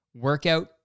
workout